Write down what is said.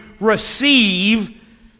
receive